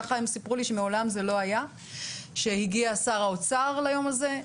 הם סיפרו לי שמעולם זה לא היה שהגיע שר האוצר ליום הזה,